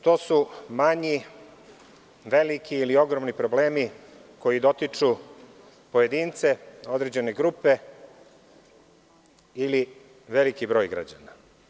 To su manji, veliki ili ogromni problemi koji dotiču pojedince, određene grupe ili veliki broj građana.